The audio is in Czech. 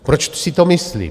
Proč si to myslím?